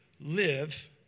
live